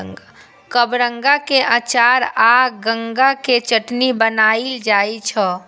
कबरंगा के अचार आ गंगा के चटनी बनाएल जाइ छै